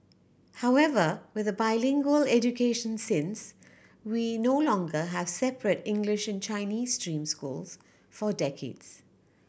however with a bilingual education since we no longer have separate English and Chinese stream schools for decades